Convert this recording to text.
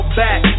back